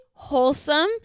Wholesome